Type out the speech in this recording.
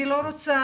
אני לא רוצה,